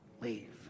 Leave